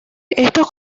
estos